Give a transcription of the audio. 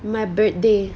my birthday